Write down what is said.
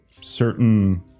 certain